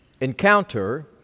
encounter